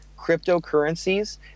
cryptocurrencies